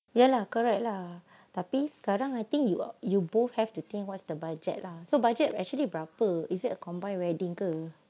ya lah correct lah tapi sekarang I think you you both have to think what's the budget lah so budget actually berapa is it a combined wedding ke